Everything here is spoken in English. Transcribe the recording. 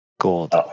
gold